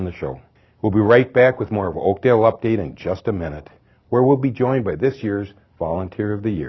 in the show we'll be right back with more of oakdale update in just a minute where we'll be joined by this year's